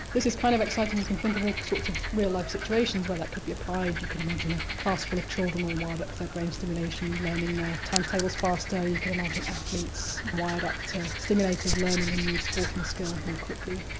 this is kind of exciting. you can think of all the sorts of real-life situations where that could be applied. you can imagine a class full of children all wired up to their brain stimulation, learning their times tables faster. you can imagine athletes wired up to stimulators, learning a new sporting skill more quickly.